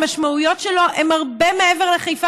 חוק שהמשמעויות שלו הן הרבה מעבר לחיפה